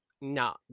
no